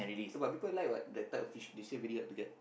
but people like what the type of fish they say very hard to get